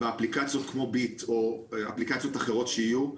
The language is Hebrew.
באפליקציות כמו ביט או אפליקציות אחרות שיהיו,